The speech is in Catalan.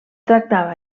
tractava